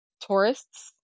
tourists